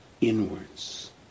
inwards